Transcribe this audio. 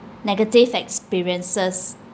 negative experiences